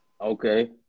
Okay